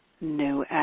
new